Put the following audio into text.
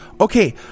Okay